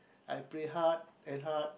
I pray hard and hard